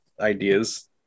ideas